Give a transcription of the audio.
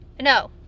No